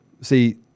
See